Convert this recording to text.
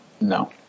No